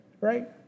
right